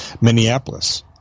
Minneapolis